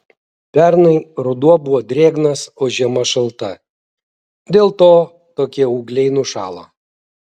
pernai ruduo buvo drėgnas o žiema šalta dėl to tokie ūgliai nušalo